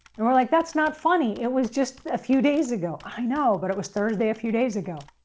and we're like, that's not funny. it was just a few days ago. i know, but it was thursday a few days ago.